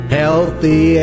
healthy